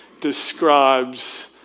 describes